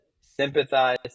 sympathize